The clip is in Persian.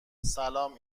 سلام